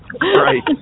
Right